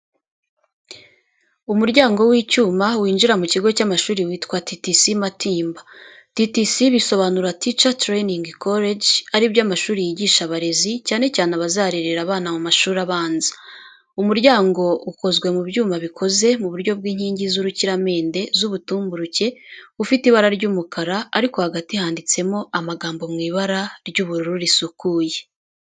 Umuryango w’icyuma winjira mu kigo cy’amashuri witwa TTC Matimba. TTC bisobanura Teacher Training College, ari byo amashuri yigisha abarezi, cyane cyane abazarerera abana mu mashuri abanza. Umuryango ukozwe mu byuma bikoze mu buryo bw’inkingi z’urukiramende z’ubutumburuke, ufite ibara ry’umukara, ariko hagati handitsemo amagambo mu ibara ry’ubururu risukuye.